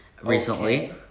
recently